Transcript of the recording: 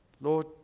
Lord